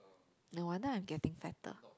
no wonder I'm getting fatter